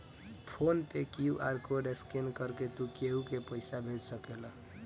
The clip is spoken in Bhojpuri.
फ़ोन पे क्यू.आर कोड के स्केन करके तू केहू के पईसा भेज सकेला